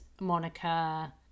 Monica